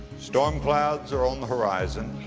storm clouds are on the horizon,